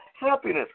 happiness